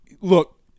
look